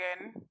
again